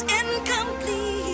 incomplete